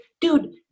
dude